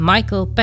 Michael